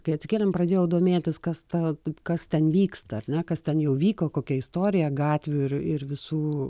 kai atsikėlėm pradėjau domėtis kas ta kas ten vyksta ar ne kas ten jau vyko kokia istorija gatvių ir ir visų